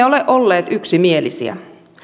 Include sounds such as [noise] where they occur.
[unintelligible] ole olleet yksimielisiä